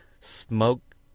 smoke